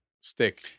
stick